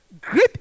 Great